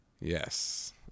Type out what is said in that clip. Yes